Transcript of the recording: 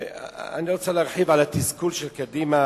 אני לא רוצה להרחיב על התסכול של קדימה,